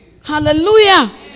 Hallelujah